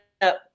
up